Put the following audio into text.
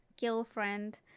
girlfriend